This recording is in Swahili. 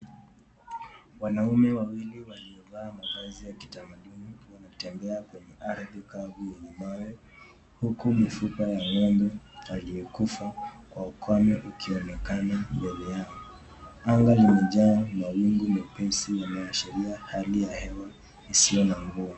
Wanaume wawili waliovaa mavazi ya kitamaduni wanatembea kwenye ardhi kavu yenye mawe huku mifupa ya ng'ombe aliyekufa kwa ukame ukionekana mbele yao. Anga imejaa mawingu mepesi yanayoashiria hali ya hewa isiyo na mvua.